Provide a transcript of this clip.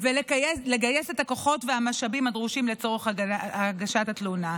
ולגייס את הכוחות והמשאבים הדרושים לצורך הגשת התלונה.